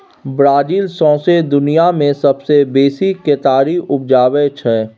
Brazil सौंसे दुनियाँ मे सबसँ बेसी केतारी उपजाबै छै